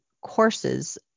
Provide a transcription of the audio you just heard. courses